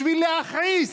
בשביל להכעיס,